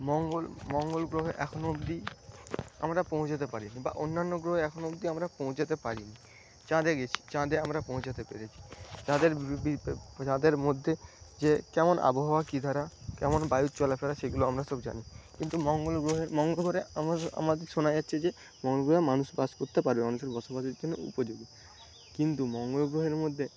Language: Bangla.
মঙ্গল মঙ্গল গ্রহে এখনো অবধি আমরা পৌঁছতে পারিনি বা অন্যান্য গ্রহে এখনো অবধি আমরা পৌঁছতে পারিনি চাঁদে গেছি চাঁদে আমরা পৌঁছাতে পেরেছি চাঁদের মধ্যে যে কেমন আবহাওয়া কি ধারা কেমন বায়ু চলাফেরা সেগুলো আমরা সব জানি কিন্তু মঙ্গলগ্রহে মঙ্গলগ্রহে আমাদের আমাদের শোনা যাচ্ছে যে মঙ্গলগ্রহে মানুষ বাস করতে পারবে মানুষের বসবসের জন্য উপযোগী কিন্তু মঙ্গল গ্রহের মধ্যে